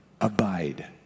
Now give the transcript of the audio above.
Abide